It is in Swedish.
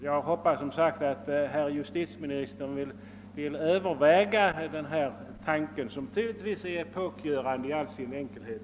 Jag hoppas som sagt att herr justitieministern vill överväga denna tanke, som tydligen är epokgörande i all sin enkelhet.